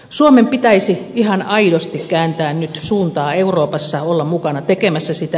suomen pitäisi ihan aidosti kääntää nyt suuntaa euroopassa olla mukana tekemässä sitä